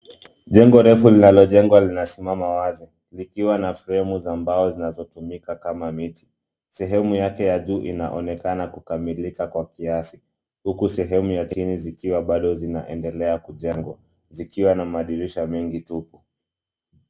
Jengo refu linalojengwa linasimama wazi, likiwa na fremu za mbao zinazotumika kama miti. Sehemu yake ya juu inaonekana kukamilika kwa kiasi huku sehemu ya chini zikiwa baado zinaendelea kujengwa zikiwa na madirisha mengi tupu.